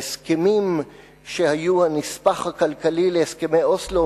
ההסכמים שהיו הנספח הכלכלי להסכמי אוסלו